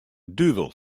duvel